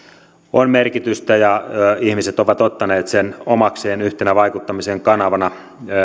on merkitystä ja ihmiset ovat ottaneet sen omakseen yhtenä vaikuttamisen kanavana